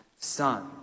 son